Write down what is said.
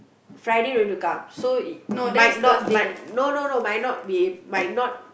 Friday don't need to come so i~ might not might no no no might not be might not